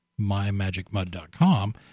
MyMagicMud.com